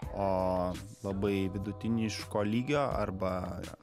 o labai vidutiniško lygio arba